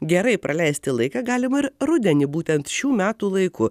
gerai praleisti laiką galima ir rudenį būtent šių metų laiku